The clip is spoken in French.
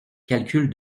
calcul